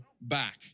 back